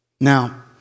Now